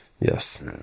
Yes